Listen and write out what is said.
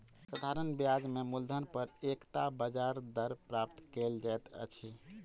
साधारण ब्याज में मूलधन पर एकता ब्याज दर प्राप्त कयल जाइत अछि